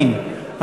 אין.